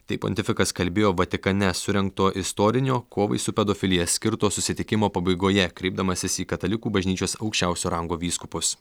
tai pontifikas kalbėjo vatikane surengto istorinio kovai su pedofilija skirto susitikimo pabaigoje kreipdamasis į katalikų bažnyčios aukščiausio rango vyskupus